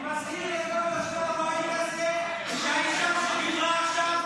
אני מזכיר לכל יושבי הבית הזה שהאישה שדיברה עכשיו